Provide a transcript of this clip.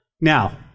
now